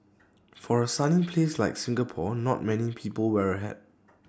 for A sunny place like Singapore not many people wear A hat